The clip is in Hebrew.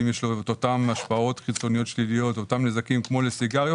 האם יש לו את אותן השפעות חיצוניות שליליות או אותם נזקים כמו לסיגריות,